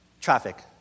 traffic